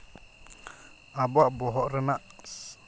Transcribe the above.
ᱟᱵᱚᱣᱟᱜ ᱵᱚᱦᱚᱜ ᱨᱮᱱᱟᱜ